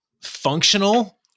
functional